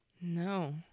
No